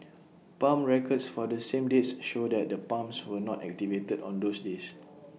pump records for the same dates show that the pumps were not activated on those days